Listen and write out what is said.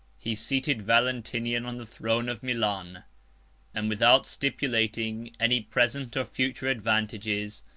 he seated valentinian on the throne of milan and, without stipulating any present or future advantages,